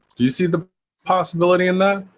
you see the possibility in that?